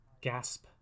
gasp